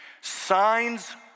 Signs